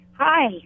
Hi